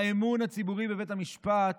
האמון הציבורי בבית המשפט